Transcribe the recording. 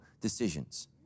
decisions